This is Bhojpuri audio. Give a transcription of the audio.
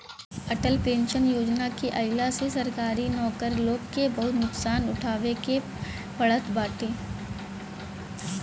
अटल पेंशन योजना के आईला से सरकारी नौकर लोग के बहुते नुकसान उठावे के पड़ल बाटे